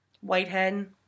Whitehead